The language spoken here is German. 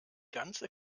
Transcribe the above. ganze